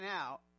out